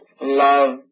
Love